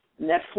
Netflix